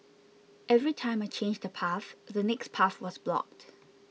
every time I changed a path the next path was blocked